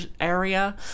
area